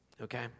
Okay